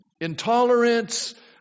intolerance